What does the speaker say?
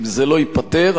אני מזהיר מכאן,